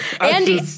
Andy